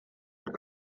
und